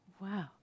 Wow